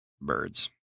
birds